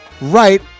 right